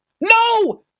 No